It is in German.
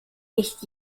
nicht